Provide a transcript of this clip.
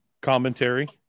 commentary